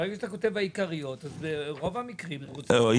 ברגע שאתה כותב העיקריות אז רוב המקרים הם רוצים -- אם